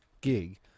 gig